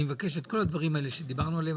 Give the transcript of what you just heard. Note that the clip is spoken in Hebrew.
אני מבקש את כל הדברים האלה שדיברנו עליהם,